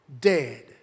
dead